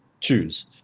choose